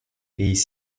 pays